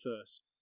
first